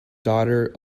daughter